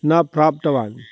न प्राप्तवान्